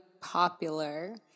popular